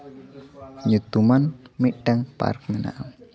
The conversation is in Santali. ᱧᱩᱛᱩᱢᱟᱱ ᱢᱤᱫᱴᱮᱱ ᱯᱟᱨᱠ ᱢᱮᱱᱟᱜᱼᱟ